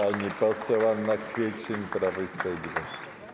Pani poseł Anna Kwiecień, Prawo i Sprawiedliwość.